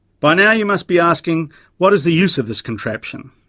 by now you must be asking what is the use of this contraption?